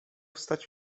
wstać